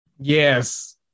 Yes